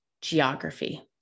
geography